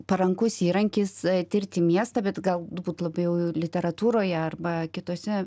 parankus įrankis tirti miestą bet galbūt labai jau literatūroje arba kitose